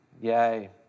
yay